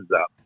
up